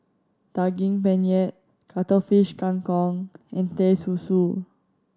Daging Penyet Cuttlefish Kang Kong and Teh Susu